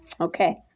Okay